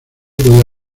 puede